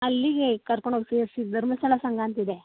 ಅಲ್ಲಿಗೆ ಕರ್ಕಣೋಗಿ ಸೇರಿಸಿ ಧರ್ಮಸ್ಥಳ ಸಂಘ ಅಂತಿದೆ